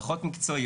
פחות מקצועי,